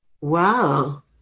Wow